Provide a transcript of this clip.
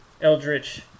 eldritch